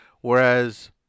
Whereas